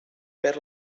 perd